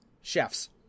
Chefs